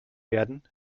werden